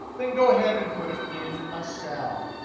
then go ahead and put it in a cell.